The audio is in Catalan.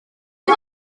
una